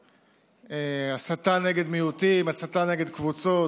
הסתה נגד מיעוטים, הסתה נגד קבוצות.